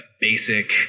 basic